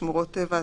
שמורות טבע,